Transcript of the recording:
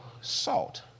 salt